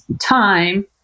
time